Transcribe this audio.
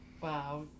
Wow